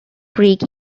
creek